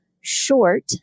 short